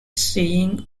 seeing